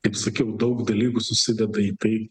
kaip sakiau daug dalykų susideda į tai